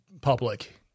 public